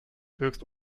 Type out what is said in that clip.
höchst